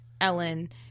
Ellen